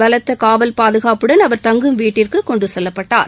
பலத்தகாவல் பாதுகாப்புடன் அவர் தங்கும் வீட்டிற்குகொண்டுசெல்லப்பட்டார்